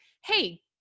hey